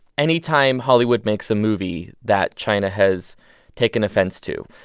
any time hollywood makes a movie that china has taken offense to,